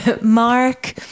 Mark